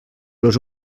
les